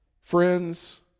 friends